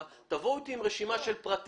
אם תבואו אלי עם רשימה של פרטים,